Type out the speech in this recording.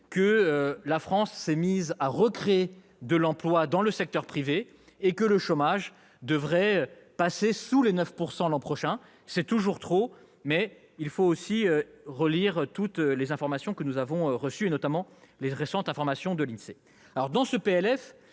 que la France s'est mise à recréer de l'emploi dans le secteur privé et que le taux de chômage devrait passer sous les 9 % l'an prochain. C'est toujours trop, mais il faut remettre en perspective toutes les informations que nous avons reçues, notamment celles, récentes, de l'INSEE.